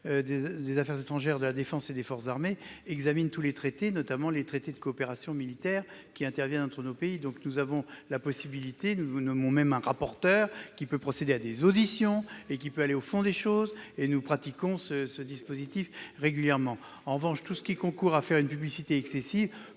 commission des affaires étrangères, de la défense et des forces armées examine tous les traités, notamment les traités de coopération militaire qui interviennent entre nos pays. Elle a même la possibilité de nommer un rapporteur, qui peut procéder à des auditions et aller au fond des choses, dispositif qu'elle met en oeuvre régulièrement. En revanche, tout ce qui concourt à faire une publicité excessive